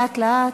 לאט-לאט.